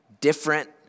different